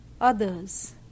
others